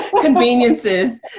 conveniences